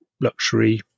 luxury